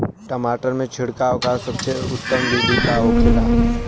टमाटर में छिड़काव का सबसे उत्तम बिदी का होखेला?